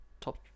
top